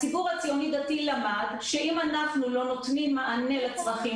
הציבור הציוני-דתי למד שאם אנחנו לא נותנים מענה לצרכים